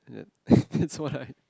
at that that's why I